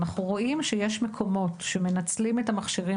אנחנו רואים שיש מקומות שמנצלים את המכשירים